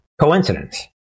coincidence